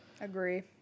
Agree